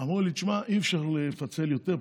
אמרו לי: תשמע, אי-אפשר לפצל יותר.